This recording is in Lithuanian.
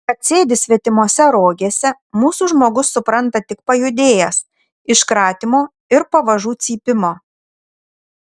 kad sėdi svetimose rogėse mūsų žmogus supranta tik pajudėjęs iš kratymo ir pavažų cypimo